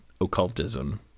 occultism